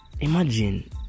Imagine